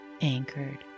anchored